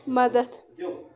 مدد